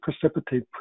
precipitate